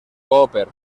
cooper